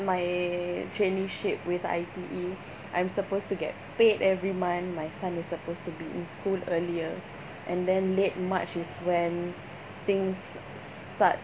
my traineeship with I_T_E I'm supposed to get paid every month my son is supposed to be in school earlier and then late march is when things start